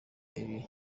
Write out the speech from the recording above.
ibi